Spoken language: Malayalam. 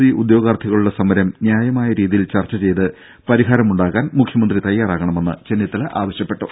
സി ഉദ്യോഗാർത്ഥികളുടെ സമരം ന്യായമായ രീതിയിൽ ചർച്ചചെയ്ത് പരിഹാരമുണ്ടാക്കാൻ മുഖ്യമന്ത്രി തയ്യാറാവണമെന്ന് ചെന്നിത്തല ആവശ്യപ്പെട്ടു